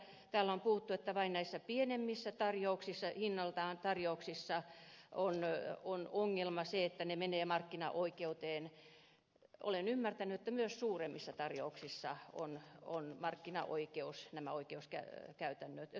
täällä on puhuttu että vain näissä hinnaltaan pienemmissä tarjouksissa on ongelma se että ne menevät markkinaoikeuteen mutta olen ymmärtänyt että myös suuremmissa tarjouksissa on markkinaoikeus nämä oikeus käyttää käytännön työ